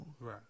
Right